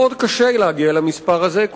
מאוד קשה להגיע למספר הזה,